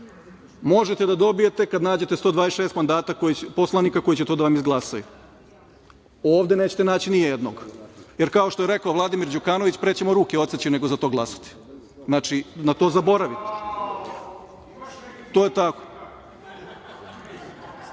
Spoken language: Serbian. možete da dobijete kad nađete 126 mandata poslanika koji će to da vam izglasaju. Ovde nećete naći nijednog, jer kao što je rekao Vladimir Đukanović – pre ćemo ruke odseći nego za to glasati. Znači, na to zaboravite.(Borislav